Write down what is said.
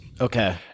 okay